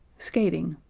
skating,